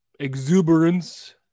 exuberance